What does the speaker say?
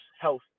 health